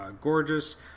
gorgeous